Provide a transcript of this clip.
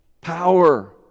power